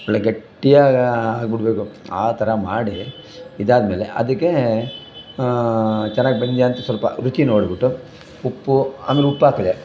ಒಳ್ಳೆಯ ಗಟ್ಟಿಯಾಗಿ ಆಗಿ ಬಿಡ್ಬೇಕು ಆ ಥರ ಮಾಡಿ ಇದಾದ್ಮೇಲೆ ಅದಕ್ಕೆ ಚೆನ್ನಾಗಿ ಬೆಂದಿದೆಯಾ ಅಂತ ಸ್ವಲ್ಪ ರುಚಿ ನೋಡಿಬಿಟ್ಟು ಉಪ್ಪು ಆಮೇಲೆ ಉಪ್ಪಾಕಿದೆ